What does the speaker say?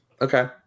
Okay